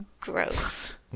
Gross